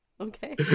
okay